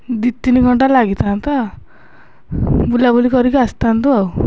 ଦୁଇ ତିନି ଘଣ୍ଟା ଲାଗିଥାନ୍ତା ବୁଲାବୁଲି କରିକି ଆସିଥାନ୍ତୁ ଆଉ